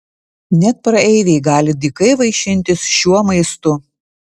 net praeiviai gali dykai vaišintis šiuo maistu